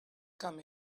come